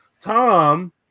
Tom